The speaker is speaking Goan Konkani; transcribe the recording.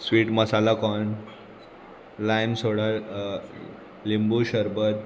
स्वीट मसाला कॉन लायम सोडा लिंबू शरबत